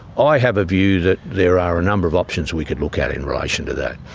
i have a view that there are a number of options we could look at in relation to that.